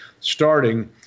starting